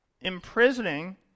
imprisoning